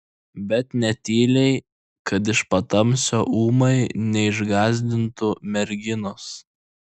bet ne tyliai kad iš patamsio ūmai neišgąsdintų merginos